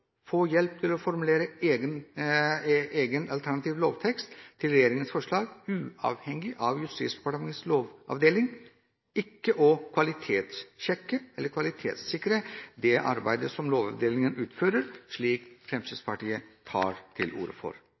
få hjelp til å formulere egen alternativ lovtekst til regjeringens forslag, uavhengig av Justisdepartementets lovavdeling, ikke å kvalitetssjekke eller kvalitetssikre det arbeidet som Lovavdelingen utfører, slik Fremskrittspartiet tar til orde for.